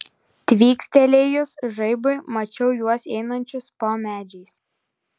tvykstelėjus žaibui mačiau juos einančius po medžiais